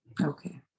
Okay